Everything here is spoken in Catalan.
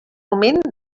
moment